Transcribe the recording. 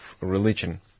religion